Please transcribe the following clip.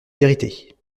vérité